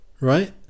right